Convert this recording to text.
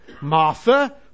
Martha